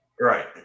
right